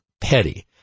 petty